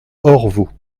orvault